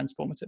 transformative